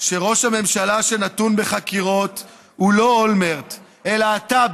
שראש הממשלה שנתון לחקירות הוא לא אולמרט אלא אתה,